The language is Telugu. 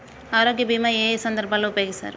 ఆరోగ్య బీమా ఏ ఏ సందర్భంలో ఉపయోగిస్తారు?